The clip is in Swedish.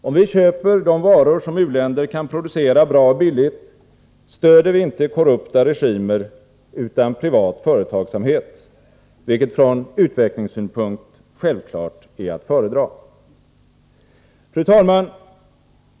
Om vi köper de varor som u-länder kan producera bra och billigt, stöder vi inte korrupta regimer utan privat företagsamhet, vilket från utvecklingssynpunkt självklart är att föredraga. Fru talman!